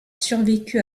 survécu